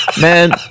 man